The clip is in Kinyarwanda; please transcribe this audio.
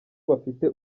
bafite